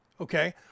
Okay